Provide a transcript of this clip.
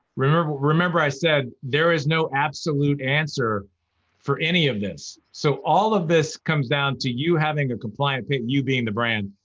remember but remember i said there is no absolute answer for any of this. so all of this comes down to you having a compliant page, and you being the brand,